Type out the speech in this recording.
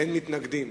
אין מתנגדים